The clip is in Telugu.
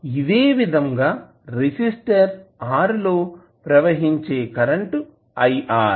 ఇదే విధంగా రెసిస్టర్ R లో ప్రవహించే కరెంటు I R